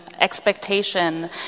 expectation